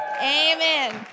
Amen